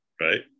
Right